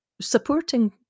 supporting